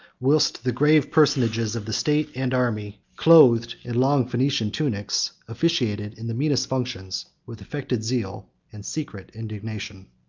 whilst the gravest personages of the state and army, clothed in long phoenician tunics, officiated in the meanest functions, with affected zeal and secret indignation.